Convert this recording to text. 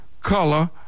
color